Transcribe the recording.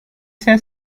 saya